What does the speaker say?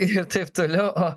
ir taip toliau o